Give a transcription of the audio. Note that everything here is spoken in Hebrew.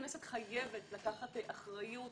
הכנסת חייבת לקחת אחריות.